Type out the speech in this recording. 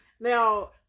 Now